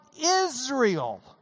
Israel